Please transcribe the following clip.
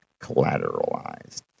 collateralized